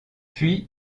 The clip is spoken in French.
puis